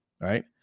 right